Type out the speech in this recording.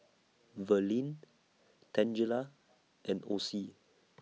Verlin Tangela and Osie